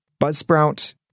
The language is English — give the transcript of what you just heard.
Buzzsprout